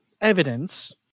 evidence